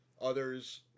Others